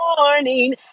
morning